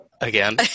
Again